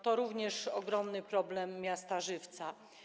To również ogromny problem miasta Żywca.